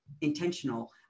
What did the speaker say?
intentional